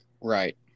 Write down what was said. right